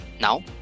Now